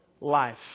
life